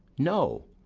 no,